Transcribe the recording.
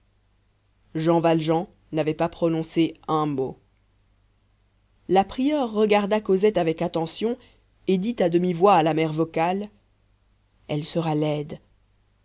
jean valjean n'avait pas prononcé un mot la prieure regarda cosette avec attention et dit à demi-voix à la mère vocale elle sera laide